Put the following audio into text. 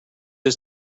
his